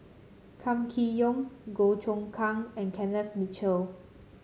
Kam Kee Yong Goh Choon Kang and Kenneth Mitchell